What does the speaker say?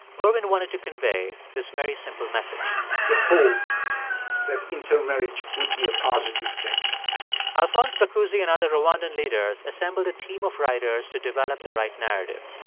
ervin wanted to convey this very simple message the hope that intermarriage would be a positive thing alphonse bakusi and other rwandan leaders assembled a team of writers to develop the right narrative.